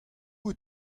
out